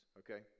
okay